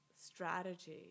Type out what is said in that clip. strategy